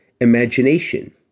imagination